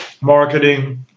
marketing